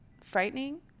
frightening